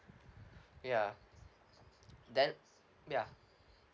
ya then ya